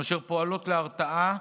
אשר פועלות להרתעה,